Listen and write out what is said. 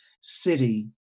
city